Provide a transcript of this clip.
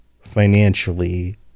financially